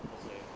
okay